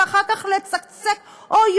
ואחר כך לצקצק: אוי,